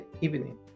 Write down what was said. evening